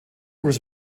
was